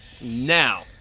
Now